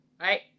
right